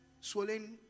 swollen